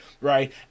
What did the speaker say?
right